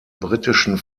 britischen